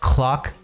Clock